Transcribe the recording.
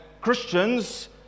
Christians